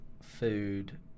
food